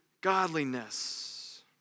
godliness